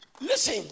Listen